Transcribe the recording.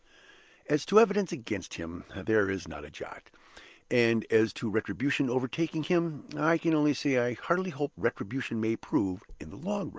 as to evidence against him, there is not a jot and as to retribution overtaking him, i can only say i heartily hope retribution may prove, in the long run,